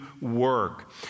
work